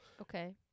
Okay